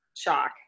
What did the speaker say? shock